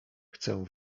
chcę